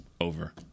over